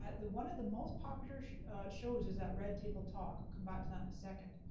ah the one of the most popular shows is that red table talk, we'll come back to that in a second.